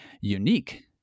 unique